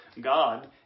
God